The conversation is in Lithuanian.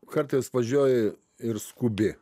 kartais važiuoji ir skubi